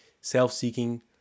self-seeking